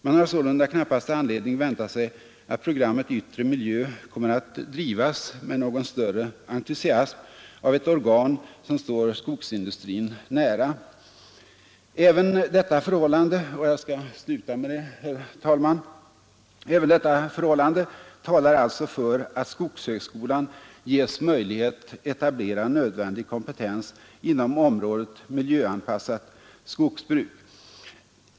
Man har sålunda knappast anledning vänta sig att programmet ”yttre miljö” kommer att drivas med någon större entusiasm av ett organ som står skogsindustrin nära. Även detta förhållande — jag skall sluta med detta, herr talman, — talar alltså för att skogshögskolan ges möjlighet etablera nödvändig kompetens inom området ”miljöanpassat skogsbruk”.